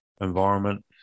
environment